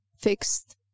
fixed